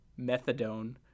methadone